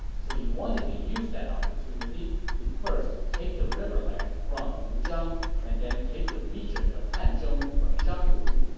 so he wanted to use that opportunity to first take the riverlands from liu zhang and then take the region of hanzhong from zhang lu.